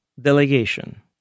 delegation